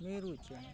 ᱢᱤᱨᱩ ᱪᱮᱬᱮ